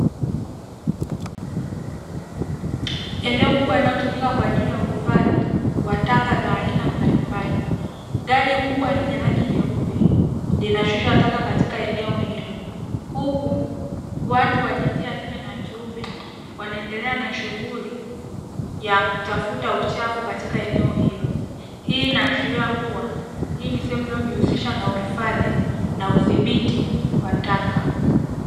Eneo kubwa linalotumika kwa ajili ya uhifadhi wa taka za aina mbalimbali, gari kubwa lenye rangi nyeupe linashusha taka katika eneo hilo. Huku watu wa jinsia ya kike na kiume wanaendelea na shughuli ya kutafuta uchafu katika eneo. Hii inaashiria kuwa hii ni sehemu inaojihusisha na uhifadhi na udhibiti wa taka.